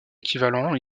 équivalents